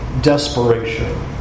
desperation